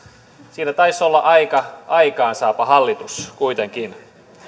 siinä taisi olla aika aikaansaava hallitus kuitenkin